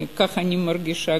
וכך אני מרגישה,